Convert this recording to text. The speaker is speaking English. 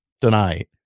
tonight